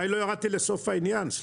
אולי לא ירדתי לסוף העניין.